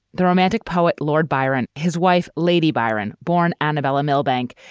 the romantic poet lord byron, his wife, lady byron, born annabella millbank,